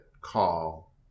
call